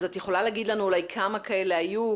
אז את יכולה להגיד לנו אולי כמה כאלה היו,